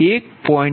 364 1